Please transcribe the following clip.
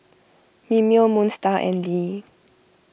Mimeo Moon Star and Lee